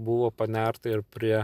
buvo panerta ir prie